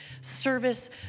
service